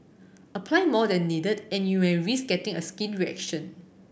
apply more than needed and you may risk getting a skin reaction